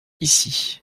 ici